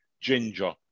Ginger